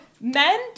men